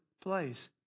place